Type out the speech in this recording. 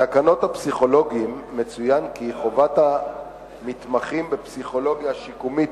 בתקנות הפסיכולוגים מצוין כי חובת המתמחים בפסיכולוגיה שיקומית,